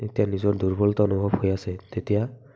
এতিয়া নিজৰ দুৰ্বলতা অনুভৱ হৈ আছে তেতিয়া